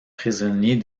prisonniers